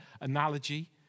analogy